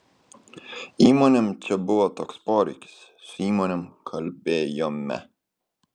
įmonėm čia buvo toks poreikis su įmonėm kalbėjome